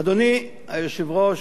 אדוני היושב-ראש,